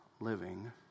living